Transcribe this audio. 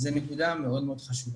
זו נקודה מאוד מאוד חשובה.